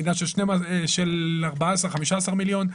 מדינה של 14 15 מיליון,